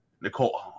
Nicole